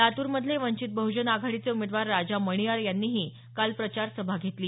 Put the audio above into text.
लातूरमधले वंचित बह्जन आघाडीचे उमेदवार राजा मणियार यांनीही काल प्रचार सभा घेतली